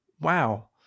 Wow